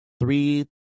three